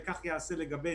וכך ייעשה לגבי